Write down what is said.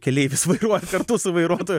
keleivis vairuoja kartu su vairuotoju